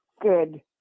Good